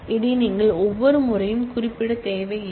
இதை நீங்கள் ஒவ்வொரு முறையும் குறிப்பிட தேவை இல்லை